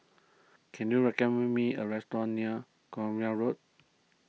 can you recommend me a restaurant near Cornwall Road